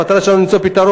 המטרה שלנו היא למצוא פתרון,